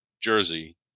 jersey